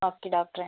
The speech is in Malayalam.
ഓക്കെ ഡോക്ടറേ